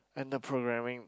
and the programming